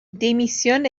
démissionne